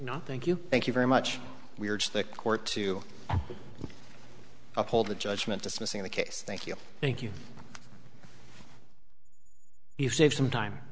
no thank you thank you very much we are to the court to uphold the judgment dismissing the case thank you thank you you saved some time